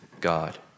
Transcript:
God